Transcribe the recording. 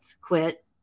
quit